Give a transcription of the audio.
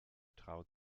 traut